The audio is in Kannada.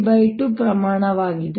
d 2 ಪ್ರಮಾಣವಾಗಿದೆ